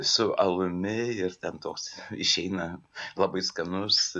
su alumi ir ten toks išeina labai skanus